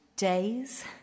Days